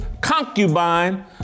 concubine